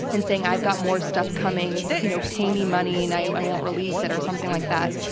and saying, i've got more stuff coming. you know, pay me money and i won't release it. or something like that.